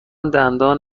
دندان